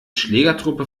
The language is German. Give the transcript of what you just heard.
schlägertruppe